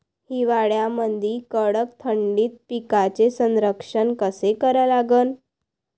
हिवाळ्यामंदी कडक थंडीत पिकाचे संरक्षण कसे करा लागन?